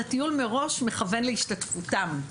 הטיול מראש מכוון להשתתפותם,